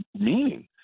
meaning